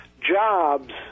jobs